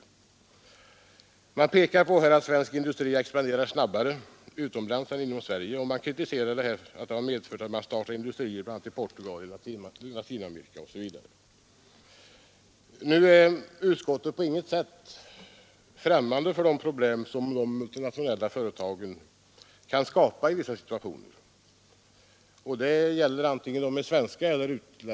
Motionärerna pekar bl.a. på att svensk industri expanderar snabbare utomlands än inom Sverige, och man kritiserar att detta har medfört att man startar industrier i bl.a. Portugal och Latinamerika. Nu är emellertid utskottet på intet sätt främmande för de problem som de multinationella företagen kan skapa i vissa situationer.